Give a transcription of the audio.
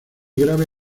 grave